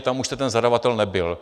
Tam už jste ten zadavatel nebyl.